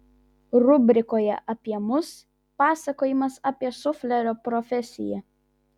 rubrikoje apie mus pasakojimas apie suflerio profesiją